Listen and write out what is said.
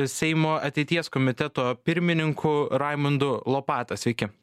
seimo ateities komiteto pirmininku raimundu lopata sveiki